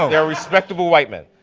are respectable white men.